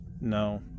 No